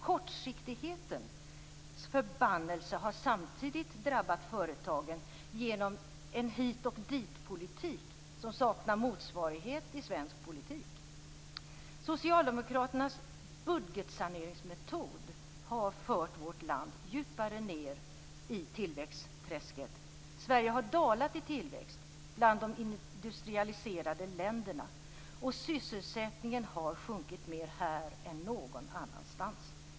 Kortsiktighetens förbannelse har samtidigt drabbat företagen genom en hit-och-ditpolitik som saknar motsvarighet i svensk politik. Socialdemokraternas budgetsaneringsmetod har fört vårt land djupare ned i tillväxtträsket. Sverige har dalat i tillväxt bland de industrialiserade länderna, och sysselsättningen har sjunkit mer här än någon annanstans.